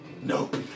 nope